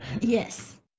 Yes